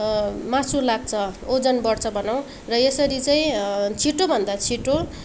मासु लाग्छ ओजन बढ्छ भनौँ र यसरी चाहिँ छिटोभन्दा छिटो